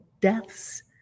deaths